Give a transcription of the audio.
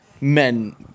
Men